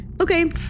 Okay